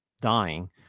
dying